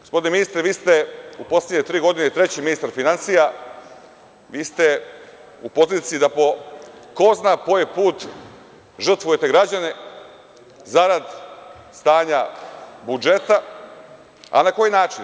Gospodine ministre, vi ste u poslednje tri godine treći ministar finansija, vi ste u poziciji da po ko zna koji put žrtvujete građane zarad stanja budžeta, a na koji način?